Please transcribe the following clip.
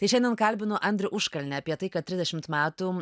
tai šiandien kalbinu andrių užkalnį apie tai kad trisdešimt metų